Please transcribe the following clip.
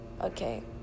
okay